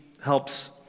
helps